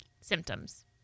symptoms